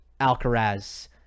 Alcaraz